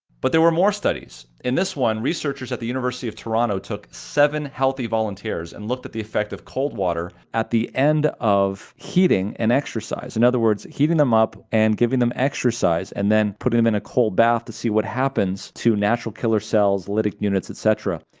but there were more studies. in this one, researchers at the university of toronto took seven healthy volunteers and looked at the effect of cold water at the end of heating and exercise. in other words, heating them up and giving them exercise, and then putting them in a cold bath to see what happens to natural killer cells, lytic units, etc,